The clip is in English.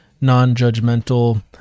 non-judgmental